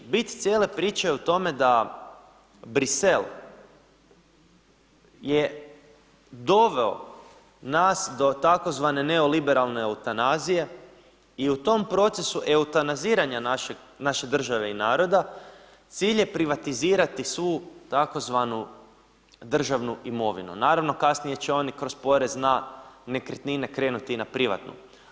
Bit cijele priče je u tome da Bruxelles je doveo nas do tzv. neoliberalne eutanazije i u tom procesu eutanaziranja naše države i naroda cilj je privatizirati svu tzv. državnu imovinu, naravno kasnije će oni kroz porez na nekretnine krenuti i na privatnu.